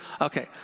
Okay